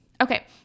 Okay